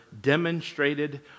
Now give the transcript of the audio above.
demonstrated